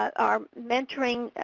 are mentoring